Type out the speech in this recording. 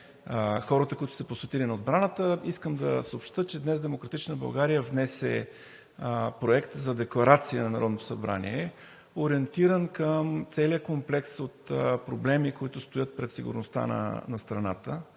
хората, които са се посветили на отбраната, искам да съобщя, че днес „Демократична България“ внесе Проект за декларация на Народното събрание, ориентиран към целия комплекс от проблеми, които стоят пред сигурността на страната.